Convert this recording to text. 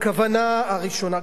הכוונה הראשונה,